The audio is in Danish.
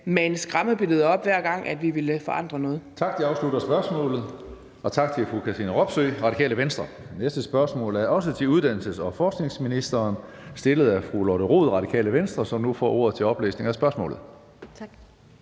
et skræmmebillede frem, hver gang vi vil forandre noget.